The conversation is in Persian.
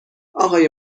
آقای